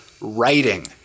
writing